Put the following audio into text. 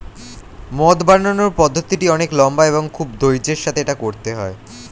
মদ বানানোর পদ্ধতিটি অনেক লম্বা এবং খুব ধৈর্য্যের সাথে এটা করতে হয়